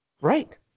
Right